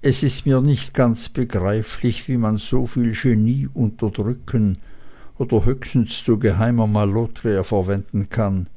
es ist mir nicht ganz begreiflich wie man soviel genie unterdrücken oder höchstens zu geheimen allotria verwenden kann